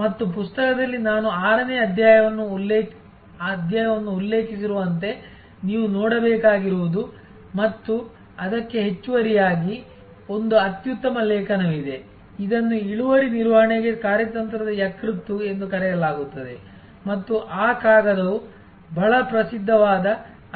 ಮತ್ತು ಪುಸ್ತಕದಲ್ಲಿ ನಾನು 6 ನೇ ಅಧ್ಯಾಯವನ್ನು ಉಲ್ಲೇಖಿಸಿರುವಂತೆ ನೀವು ನೋಡಬೇಕಾಗಿರುವುದು ಮತ್ತು ಅದಕ್ಕೆ ಹೆಚ್ಚುವರಿಯಾಗಿ ಒಂದು ಅತ್ಯುತ್ತಮ ಲೇಖನವಿದೆ ಇದನ್ನು ಇಳುವರಿ ನಿರ್ವಹಣೆಗೆ ಕಾರ್ಯತಂತ್ರದ ಯಕೃತ್ತು ಎಂದು ಕರೆಯಲಾಗುತ್ತದೆ ಮತ್ತು ಆ ಕಾಗದವು ಬಹಳ ಪ್ರಸಿದ್ಧವಾದ